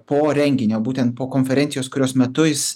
po renginio būtent po konferencijos kurios metu jis